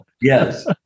Yes